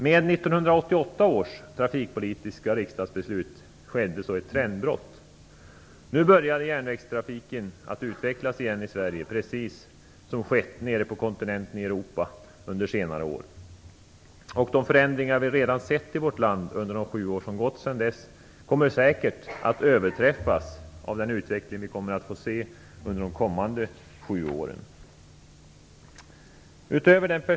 Med 1988 års trafikpolitiska riksdagsbeslut skedde ett trendbrott. Nu började järnvägstrafiken att utvecklas igen i Sverige precis som skett nere på kontinenten under senare år. Och de förändringar som vi redan sett i vårt land under de sju år som gått sedan dess kommer säkert att överträffas av den utveckling som vi kommer att få se under de kommande sju åren.